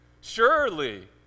Surely